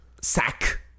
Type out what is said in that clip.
sack